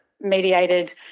mediated